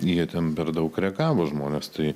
jie ten per daug reagavo žmonės tai